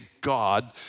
God